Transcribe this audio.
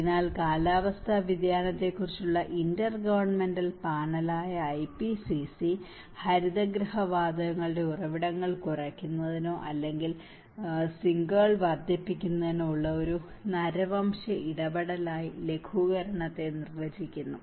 അതിനാൽ കാലാവസ്ഥാ വ്യതിയാനത്തെക്കുറിച്ചുള്ള ഇന്റർഗവൺമെന്റൽ പാനലായ IPCC ഹരിതഗൃഹ വാതകങ്ങളുടെ ഉറവിടങ്ങൾ കുറയ്ക്കുന്നതിനോ അല്ലെങ്കിൽ സിങ്കുകൾ വർദ്ധിപ്പിക്കുന്നതിനോ ഉള്ള ഒരു നരവംശ ഇടപെടലായി ലഘൂകരണത്തെ നിർവചിക്കുന്നു